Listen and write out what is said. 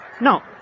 No